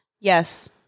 Yes